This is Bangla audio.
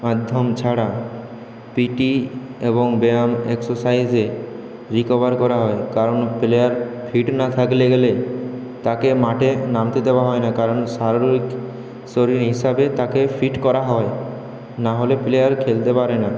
মাধ্যম ছাড়া পিটি এবং ব্যায়াম এক্সেসাইজে রিকভার করা হয় কারণ প্লেয়ার ফিট না থাকলে গেলে তাকে মাঠে নামতে দেওয়া হয় না কারণ শারীরিক শরীর হিসাবে তাকে ফিট করা হয় নাহলে প্লেয়ার খেলতে পারে না